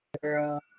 girl